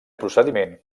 procediment